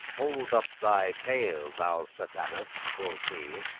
hold up thy tail, thou satanas quoth he,